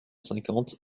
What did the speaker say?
cinquante